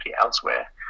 elsewhere